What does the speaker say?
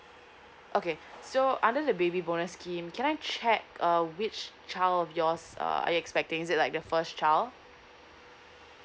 okay so under the baby bonus scheme can I check uh which child of yours uh expecting is it like the first child